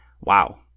Wow